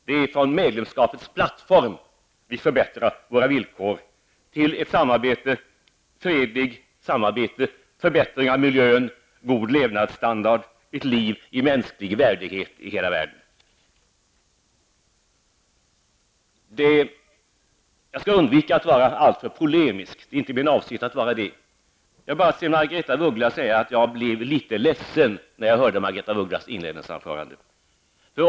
Det är från medlemskapets plattform vi förbättrar våra villkor för arbetet med att få till stånd fredligt samarbete, förbättrad miljö, god levnadsstandard, ett liv i mänsklig värdighet i hela världen. Jag skall undvika att vara alltför polemisk. Det är inte min avsikt att vara det. Jag vill bara säga att jag blev litet ledsen när jag hörde Margaretha af Ugglas inledningsanförande.